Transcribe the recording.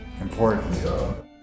important